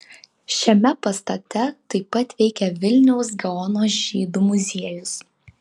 šiame pastate taip pat veikia vilniaus gaono žydų muziejus